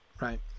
right